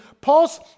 Paul's